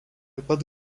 pat